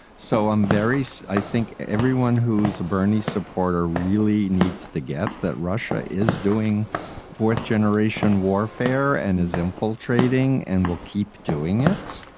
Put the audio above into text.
so i'm various. i think everyone who's a bernie supporter really needs to get that russia is doing fourth generation warfare and resume full trading and we'll keep doing it.